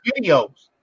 videos